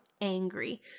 angry